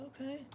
Okay